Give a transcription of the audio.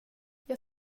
jag